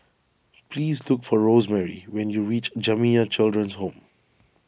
please look for Rosemary when you reach Jamiyah Children's Home